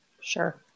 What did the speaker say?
Sure